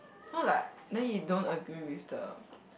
cause like then he don't agree with the